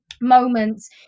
moments